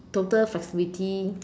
total flexibility